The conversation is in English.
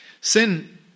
Sin